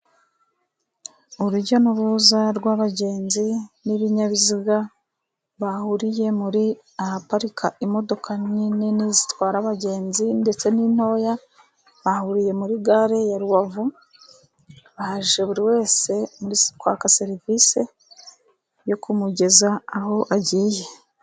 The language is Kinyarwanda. Irujya n'uruza rw'abagenzi n'ibinyabiziga bahuriye ahaparika imodoka nini zitwara abagenzi ndetse n'intoya. Bahuriye muri gare ya Rubavu baje buri wese kwaka serivisi yo kumugeza aho agiye.